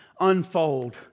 unfold